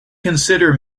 consider